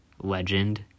legend